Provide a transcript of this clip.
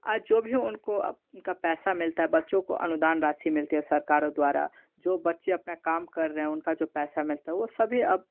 आज जो भी उनको उनका पैसा मिलता है बच्चों को अनुदान राशि मिलती है सरकारों द्वारा जो बच्चे अपना काम कर रहे हैं उनका जो पैसा मिलता है वह सभी अब